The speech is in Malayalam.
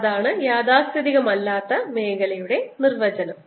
അതാണ് യാഥാസ്ഥിതികമല്ലാത്ത മേഖലയുടെ നിർവചനം